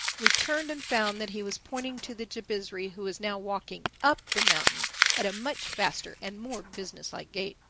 we turned and found that he was pointing to the jabizri, who was now walking up the mountain at a much faster and more business-like gait.